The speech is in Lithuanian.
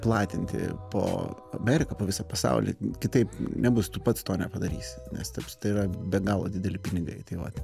platinti po ameriką po visą pasaulį kitaip nebus tu pats to nepadarysi nes taps tai yra be galo dideli pinigai tai vat